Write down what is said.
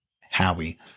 Howie